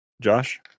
Josh